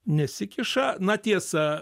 nesikiša na tiesa